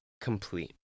complete